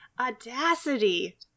audacity